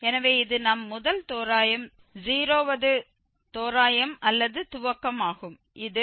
எனவே இது நம் முதல் தோராயம் 0 வது தோராயம் அல்லது துவக்கம் ஆகும் இது x00